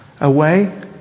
away